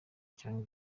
cyangwa